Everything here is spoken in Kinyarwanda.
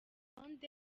rutonde